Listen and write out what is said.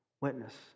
witness